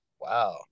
Wow